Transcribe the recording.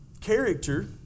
character